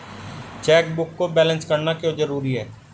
Chequebook को balance करना क्यों जरूरी है?